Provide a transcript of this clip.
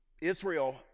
Israel